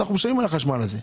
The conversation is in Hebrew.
אנחנו משלמים על החשמל הזה.